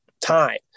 time